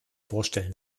vorstellen